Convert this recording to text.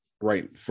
right